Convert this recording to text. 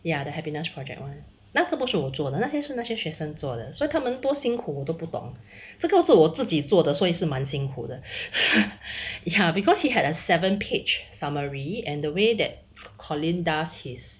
ya the happiness project [one] 那个不是我做的那些是那些学生做的所以他们多辛苦我都不懂这个是我自己做的所以是蛮辛苦的 ya because he had a seven page summary and the way that colin does his